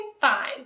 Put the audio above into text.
fine